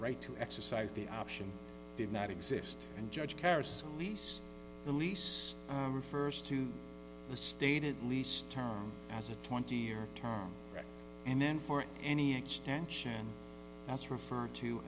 right to exercise the option did not exist and judge carrots lease the lease refers to the stated lease term as a twenty year term and then for any extension that's referred to